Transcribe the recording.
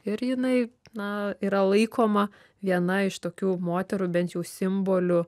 ir jinai na yra laikoma viena iš tokių moterų bent jau simboliu